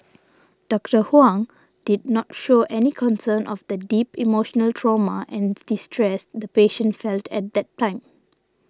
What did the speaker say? Doctor Huang did not show any concern of the deep emotional trauma and distress the patient felt at that time